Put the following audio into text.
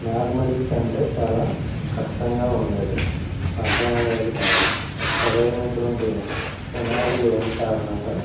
mathematics అంటే చాలా కష్టంగా ఉండేది అర్థం అయ్యేది కాదు సరైనటువంటి పునాది లేని కారణంగా